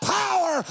power